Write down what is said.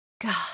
God